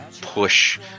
push